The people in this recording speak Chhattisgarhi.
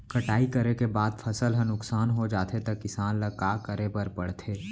कटाई करे के बाद फसल ह नुकसान हो जाथे त किसान ल का करे बर पढ़थे?